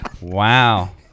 Wow